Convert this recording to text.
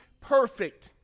perfect